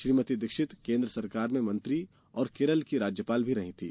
श्रीमती दीक्षित केन्द्र सरकार में मंत्री और केरल की राज्यपाल भी रही थी